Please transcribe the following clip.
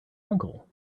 uncle